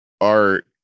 art